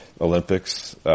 Olympics